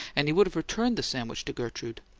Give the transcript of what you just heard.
and he would have returned the sandwich to gertrude.